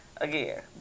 again